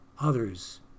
others